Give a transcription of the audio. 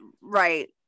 right